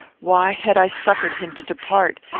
why had i suffered him to depart,